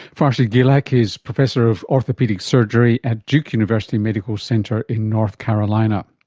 farshid guilak is professor of orthopaedic surgery at duke university medical center in north carolina.